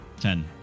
Ten